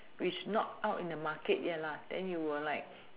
which not out in the Market yet then you will like